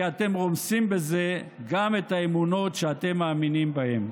כי אתם רומסים בזה גם את האמונות שאתם מאמינים בהן.